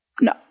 No